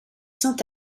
saint